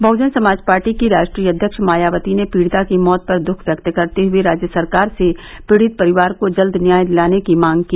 Bahujan Samaj party की राष्ट्रीय अध्यक्ष मायावती ने पीड़िता की मौत पर द्ख व्यक्त करते हुए राज्य सरकार से पीड़ित परिवार को जल्द न्याय दिलाने की मांग की